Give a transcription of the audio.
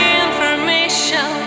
information